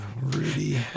Rudy